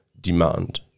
demand